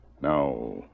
Now